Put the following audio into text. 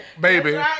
baby